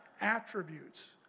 attributes